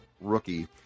rookie